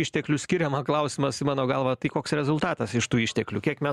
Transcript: išteklių skiriama klausimas mano galva tai koks rezultatas iš tų išteklių kiek mes